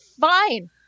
fine